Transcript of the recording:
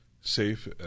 safe